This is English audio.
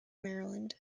maryland